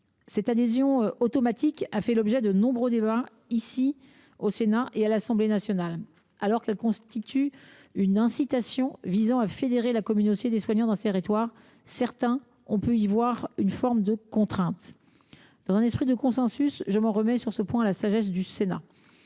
Cette adhésion automatique a fait l’objet de nombreux débats, au Sénat comme à l’Assemblée nationale, alors qu’elle est une incitation à fédérer la communauté des soignants d’un territoire. Certains ont pu y voir une forme de contrainte ; aussi, dans un esprit de consensus, je m’en remets sur ce point à la sagesse du Sénat.